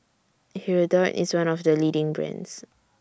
Hirudoid IS one of The leading brands